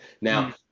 Now